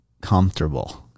comfortable